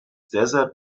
desert